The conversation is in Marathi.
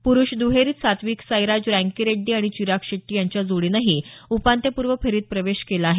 पुरुष दुहेरीत सात्विक साईराज रँकीरेड्डी आणि चिराग शेट्टी यांच्या जोडीनंही उपान्त्यपूर्व फेरीत प्रवेश केला आहे